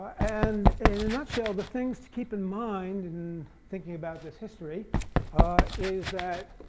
and in a nutshell, the things to keep in mind in thinking about this history is that